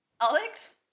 Alex